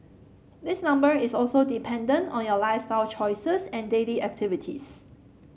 this number is also dependent on your lifestyle choices and daily activities